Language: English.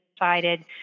decided